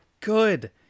good